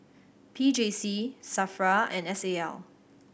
P J C SAFRA and S A L